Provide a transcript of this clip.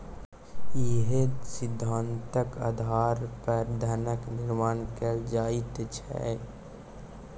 इएह सिद्धान्तक आधार पर धनक निर्माण कैल जाइत छै